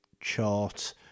chart